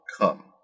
come